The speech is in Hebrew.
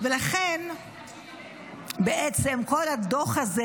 לכן בעצם כל הדוח הזה,